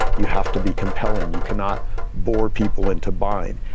you have to be compelling. you cannot bore people into buying.